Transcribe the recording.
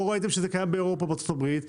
לא ראיתם שזה קיים באירופה ובארצות הברית,